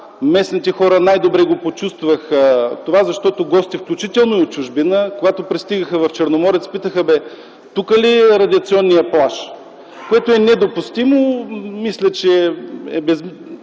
Местните хора най-добре го почувстваха, защото гости, включително и от чужбина, когато пристигаха в Черноморец, питаха: тук ли е радиационният плаж? Това е недопустимо. Мисля, че е безпредметно